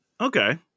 Okay